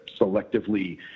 selectively